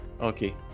okay